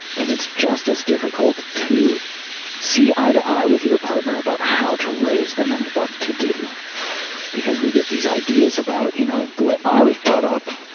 and it's just as difficult to see eye to eye with your partner about how to raise them and what to do because we get these ideas about, you know, the way i was brought up